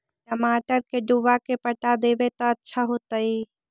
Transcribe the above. टमाटर के डुबा के पटा देबै त अच्छा होतई?